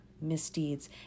misdeeds